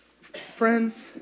Friends